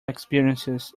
experiences